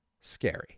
scary